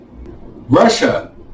Russia